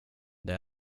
det